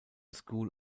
school